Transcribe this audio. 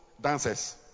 dances